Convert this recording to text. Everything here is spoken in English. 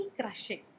crushing